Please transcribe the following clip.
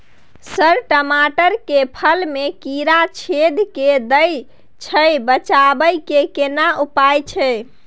Sir टमाटर के फल में कीरा छेद के दैय छैय बचाबै के केना उपाय छैय?